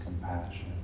compassion